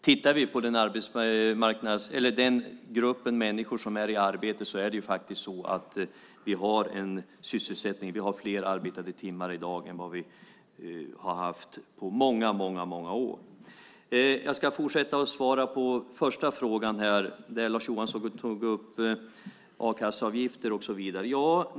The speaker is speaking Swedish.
Tittar vi på den grupp människor som är i arbete har vi fler arbetade timmar i dag än vad vi har haft på många år. Jag ska fortsätta och svara på den första frågan där Lars Johansson tog upp a-kasseavgifter och så vidare.